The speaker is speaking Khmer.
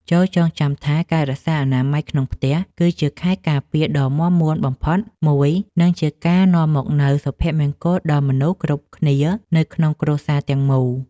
ចូរចងចាំថាការរក្សាអនាម័យក្នុងផ្ទះ គឺជាខែលការពារដ៏មាំមួនបំផុតមួយ និងជាការនាំមកនូវសុភមង្គលដល់មនុស្សគ្រប់គ្នានៅក្នុងគ្រួសារទាំងមូល។